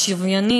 השוויונית,